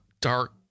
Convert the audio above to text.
dark